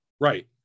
Right